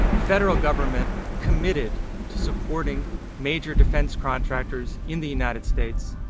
the federal government commited to supporting major defense contractors in the united states,